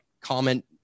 comment